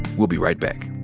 we'll be right back.